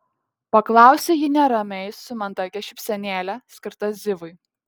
paklausė ji neramiai su mandagia šypsenėle skirta zivui